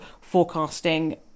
forecasting